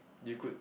you could